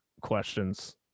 questions